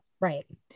Right